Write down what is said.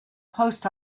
post